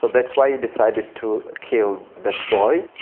so that's why he decided to kill that boy.